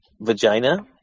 vagina